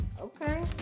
Okay